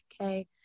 okay